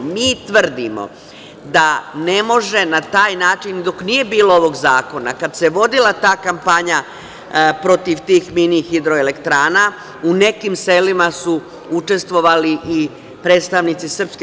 Mi tvrdimo da ne može na taj način, dok nije bilo ovog zakona, kada se vodila ta kampanja protiv tih mini hidroelektrana, u nekim selima su učestvovali i predstavnici SRS.